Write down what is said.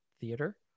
theater